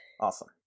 Awesome